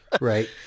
Right